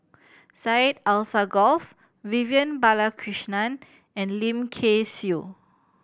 Syed Alsagoff Vivian Balakrishnan and Lim Kay Siu